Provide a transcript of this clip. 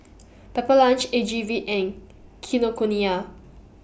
Pepper Lunch A G V and Kinokuniya